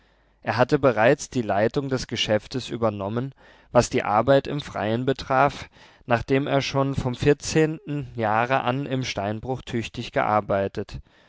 er hatte bereits die leitung des geschäftes übernommen was die arbeit im freien betraf nachdem er schon vom vierzehnten jahre an im steinbruch tüchtig gearbeitet